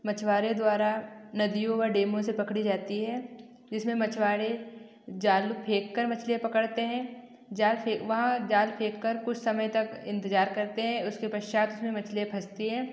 मछुआरे द्वारा नदियों व डेमों से पकड़े जाती है जिसमें मछुआरे जाल फेंककर मछलियाँ पकड़ते हैं जाल वहाँ जाल फेंककर कुछ समय तक इंतजार करते हैं उसके पश्चात में मछलियाँ फँसती है